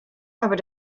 aber